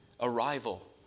arrival